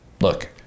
look